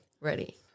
Ready